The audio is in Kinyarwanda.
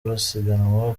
basiganwa